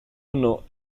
anno